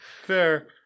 fair